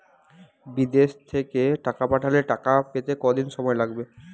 বিদেশ থেকে টাকা পাঠালে টাকা পেতে কদিন সময় লাগবে?